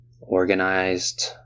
organized